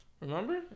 Remember